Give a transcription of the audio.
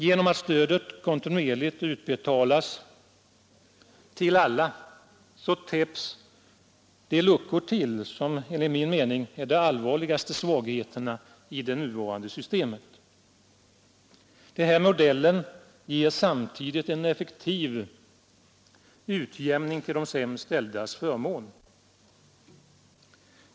Genom att stödet kontinuerligt betalas till alla täpps de luckor till som enligt min mening är de allvarligaste svagheterna i det nuvarande systemet. Denna modell ger samtidigt en effektivare utjämning till de sämst ställdas förmån.